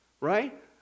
Right